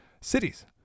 cities